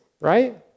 right